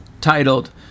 titled